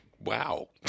wow